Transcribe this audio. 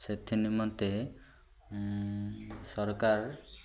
ସେଥି ନିମନ୍ତେ ସରକାର